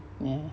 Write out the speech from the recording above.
ya